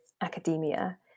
academia